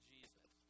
Jesus